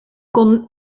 kon